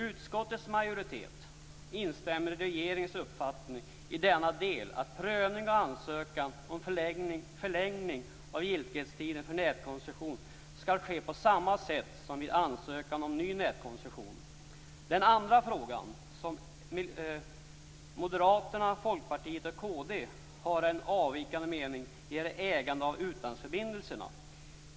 Utskottets majoritet instämmer i regeringens uppfattning i den del att prövning av ansökan om förlängning av giltighetstiden för nätkoncession skall ske på samma sätt som vid ansökan om ny nätkoncession. Den andra fråga som moderaterna, Folkpartiet och Kristdemokraterna har en avvikande mening i är frågan om ägande av utlandsförbindelserna.